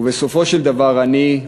ובסופו של דבר אני,